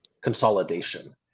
consolidation